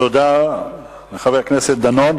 תודה לחבר הכנסת דנון.